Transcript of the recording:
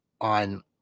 on